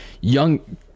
young